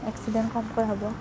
accident কমকৈ হ'ব